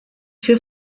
für